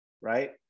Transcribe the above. Right